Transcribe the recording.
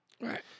right